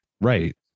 Right